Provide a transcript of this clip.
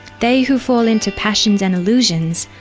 they who fall into passions and illusions,